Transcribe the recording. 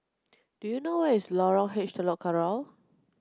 do you know where is Lorong H Telok Kurau